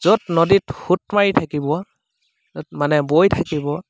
য'ত নদীত সোঁত মাৰি থাকিব য'ত মানে বৈ থাকিব